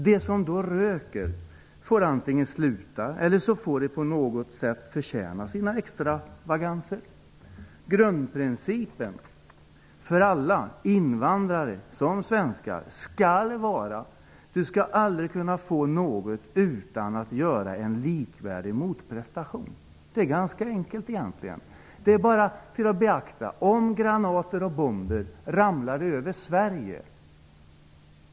De som röker får antingen sluta eller också får de på något sätt förtjäna medel till sina extravaganser. Grundprincipen för alla -- invandrare och svenskar -- skall vara att man aldrig skall kunna få något utan att göra en likvärdig motprestation. Det är egentligen ganska enkelt. Vad skulle vi göra om granater och bomber började ramla över Sverige?